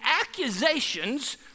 accusations